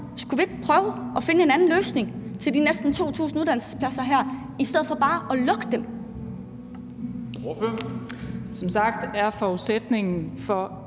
Skulle vi ikke prøve at finde en anden løsning til de næsten 2.000 uddannelsespladser her i stedet for bare at lukke dem? Kl. 17:05 Formanden (Henrik